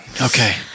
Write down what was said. Okay